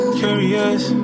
curious